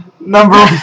Number